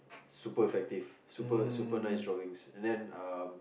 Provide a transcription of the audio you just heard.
super effective super super nice drawings and then uh